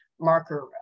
marker